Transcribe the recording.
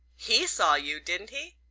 he saw you, didn't he?